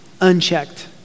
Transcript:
unchecked